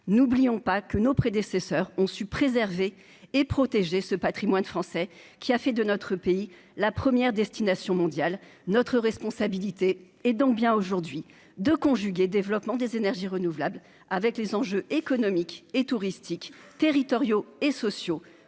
n'oublions pas que nos prédécesseurs ont su préserver et protéger ce Patrimoine français qui a fait de notre pays, la première destination mondiale, notre responsabilité est donc bien aujourd'hui de conjuguer développement des énergies renouvelables, avec les enjeux économiques et touristiques territoriaux et sociaux